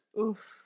Oof